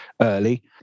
early